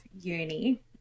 uni